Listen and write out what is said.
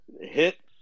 hit